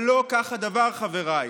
אבל לא כך הדבר, חבריי.